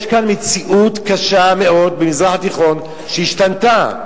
יש כאן מציאות קשה מאוד במזרח התיכון, שהשתנתה.